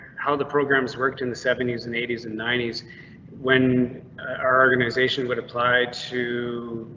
how the programs worked in the seventy s and eighty s and ninety s when our organization would apply to.